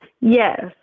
Yes